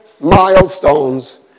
milestones